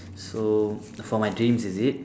so for my dreams is it